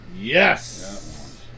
Yes